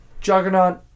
Juggernaut